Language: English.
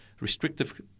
restrictive